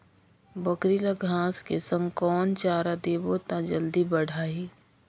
बकरी ल घांस के संग कौन चारा देबो त जल्दी बढाही?